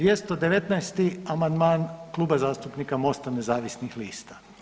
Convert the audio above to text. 219. amandman Kluba zastupnika MOST-a nezavisnih lista.